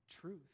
truth